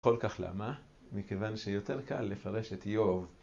‫כל כך למה? ‫מכיוון שיותר קל לפרש את איוב